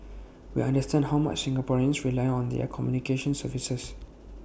we understand how much Singaporeans rely on their communications services